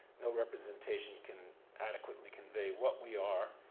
no representation can adequately convey what we are,